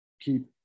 keep-